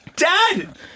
Dad